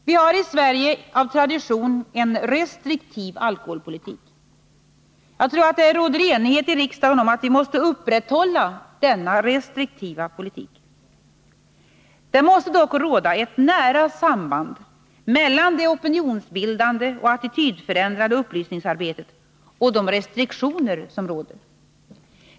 Vi har i Sverige av tradition en restriktiv alkoholpolitik. Jag tror att det råder enighet i riksdagen om att vi måste upprätthålla denna restriktiva politik. Det måste dock vara ett nära samband mellan det opinionsbildande och attitydförändrande upplysningsarbetet och de restriktioner som finns.